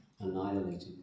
annihilated